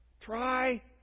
Try